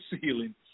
ceiling